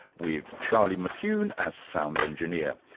with charlie mccune as sound engineer.